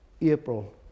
April